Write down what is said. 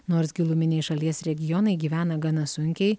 nors giluminiai šalies regionai gyvena gana sunkiai